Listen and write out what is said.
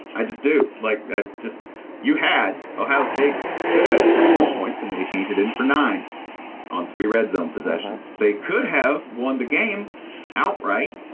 i just do like that. just you had ohio state could have had twenty one points and they changed it for nine on three red zone possessions. they could have won the game outright,